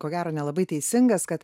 ko gero nelabai teisingas kad